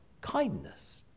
kindness